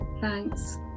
Thanks